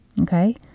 Okay